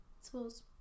suppose